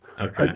Okay